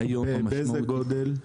באיזה גודל?